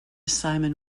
simon